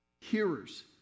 Hearers